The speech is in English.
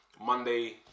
Monday